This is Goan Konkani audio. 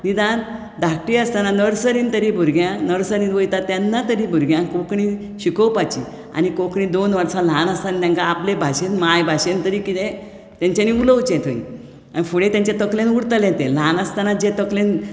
निदान धाकटीं आसतना नर्सरींत तरी भुरग्यांक नर्सरींत वयता तेन्ना तरी भुरग्यांक कोंकणींत शिकोवपाची आनी कोंकणी दोन वर्सां ल्हान आसतना तेंकां आपले भाशेंत माय भाशेंत तरी कितेंय तेंच्यांनी उलोवचें थंय आनी फुडें तेंच्या तकलेंत उरतलें ते ल्हान आसतनाचें जे तकलेंत